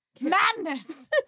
Madness